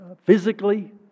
physically